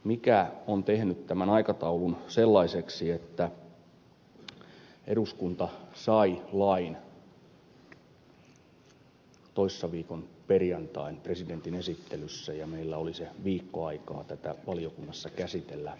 mikä on tehnyt tämän aikataulun sellaiseksi että eduskunta sai lain toissaviikon perjantain presidentin esittelyssä ja meillä oli se viikko aikaa tätä valiokunnassa käsitellä